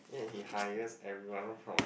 yet he hires everyone from